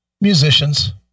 musicians